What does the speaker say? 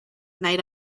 night